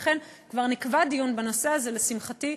לכן כבר נקבע דיון בנושא הזה, לשמחתי.